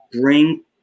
bring